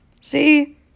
See